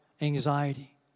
anxiety